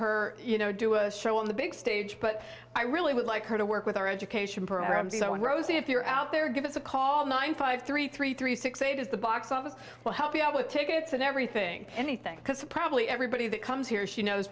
her you know do a show on the big stage but i really would like her to work with our education program so when rosie if you're out there give us a call nine five three three three six eight is the box office will help you out with tickets and everything anything because probably everybody that comes here she knows